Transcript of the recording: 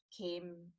came